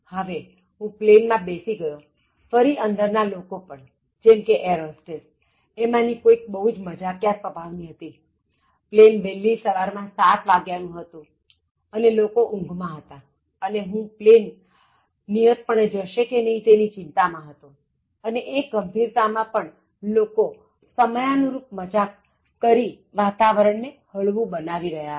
હવે હું પ્લેન માં બેસી ગયોફરી અંદર ના લોકો પણ જેમ કે એરહોસ્ટેસ એમાંની કોઇ બહુ જ મજાકિયા સ્વભાવની હતી પ્લેન વહેલી સવારના સાત વાગ્યા નું હતું અને લોકો ઉંઘ માં હતાઅને હું પ્લેન નિયતપણે જશે કે નહીં તેની ચિંતા માં હતો અને એ ગંભીરતા માં પણ લોકો સમયાનુરુપ મજાક કરી વાતાવરણને હળવું બનાવી રહ્યા હતા